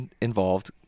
involved